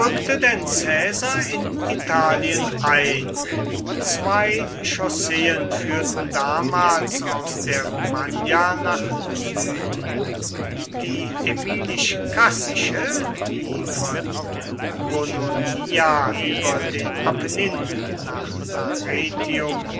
in italien ein zwei chausseen führten damals aus der romagna nach süden die aemilisch cassische die von bononia über den apennin nach arretium